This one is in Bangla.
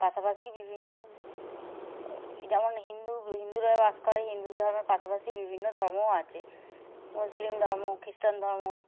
পাশাপাশি বিভিন্ন যেমন হিন্দু হিন্দুরা বাস করে হিন্দু ধর্মের পাশাপাশি বিভিন্ন ধর্মও আছে মুসলিম ধর্ম খ্রিষ্টান ধর্ম